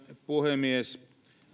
puhemies